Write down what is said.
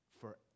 forever